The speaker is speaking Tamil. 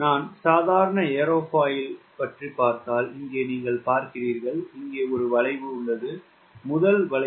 நான் சாதாரண ஏரோஃபாயில் பார்த்தால் இங்கே நீங்கள் பார்க்கிறீர்கள் இங்கே வளைவு உள்ளது முதல் வளைவு